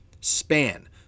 span